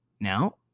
Now